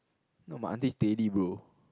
no my auntie steady bro